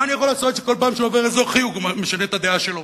מה אני יכול לעשות שבכל פעם שהוא עובר אזור חיוג הוא משנה את הדעה שלו,